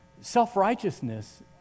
Self-righteousness